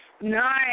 Nice